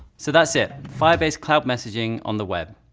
so that's it. firebase cloud messaging on the web.